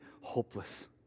hopeless